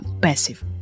passive